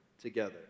together